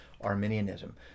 Arminianism